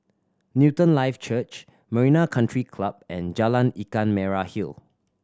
Newton Life Church Marina Country Club and Jalan Ikan Merah Hill